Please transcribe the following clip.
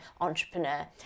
entrepreneur